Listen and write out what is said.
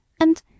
And